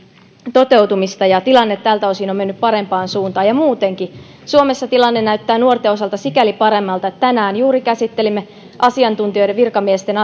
toteutumista ja tilanne tältä osin on mennyt parempaan suuntaan muutenkin suomessa tilanne näyttää nuorten osalta paremmalta tänään juuri käsittelimme asiantuntijoiden virkamiesten